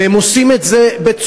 והם עושים את זה בצורה,